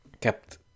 kept